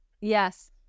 Yes